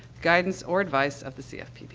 guidance, or advice of the cfpb.